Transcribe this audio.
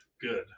good